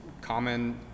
common